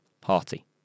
Party